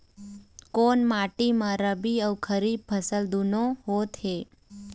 कोन माटी म रबी अऊ खरीफ फसल दूनों होत हे?